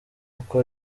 uko